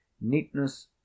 neatness